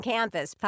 Campus